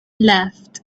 left